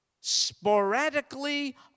sporadically